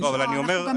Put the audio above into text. לפה.